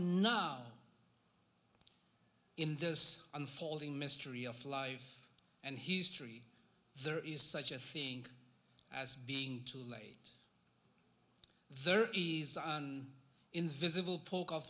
now in this unfolding mystery of life and he's three there is such a thing as being too late there is an invisible po